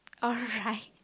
alright